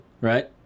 right